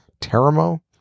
Teramo